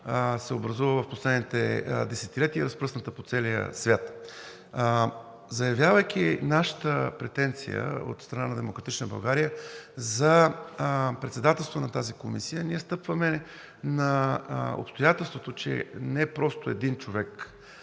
се образува в последните десетилетия, разпръсната по целия свят. Заявявайки нашата претенция от страна на „Демократична България“ за председателство на тази комисия, ние стъпваме на обстоятелството, че не просто един човек